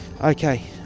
okay